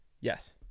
Yes